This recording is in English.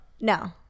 No